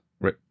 Right